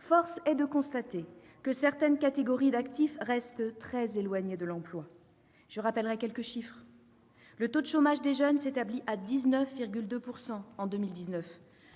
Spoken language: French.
Force est de constater que certaines catégories d'actifs restent très éloignées de l'emploi. Je rappellerai quelques chiffres : le taux de chômage des jeunes s'établit à 19,2 % en 2019,